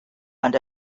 and